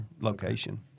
location